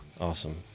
awesome